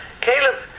Caleb